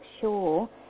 sure